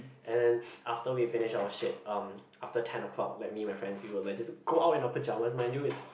and then after we finish our shit um after ten o-clock like me and friends we will like just go out in our pajamas mind you it's